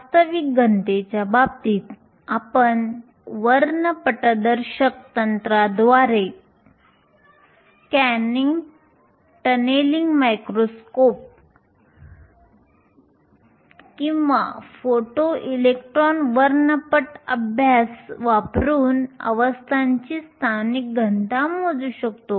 वास्तविक घनतेच्या बाबतीत आपण वर्णपटदर्शक तंत्राद्वारे स्कॅनिंग टनेलिंग मायक्रोस्कोप किंवा फोटो इलेक्ट्रॉन वर्णपट अभ्यास वापरून अवस्थांची स्थानिक घनता मोजू शकतो